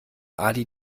ali